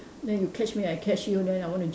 then you catch me I catch you then I want to